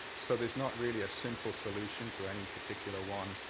so there's not really a simple solution to any particular one,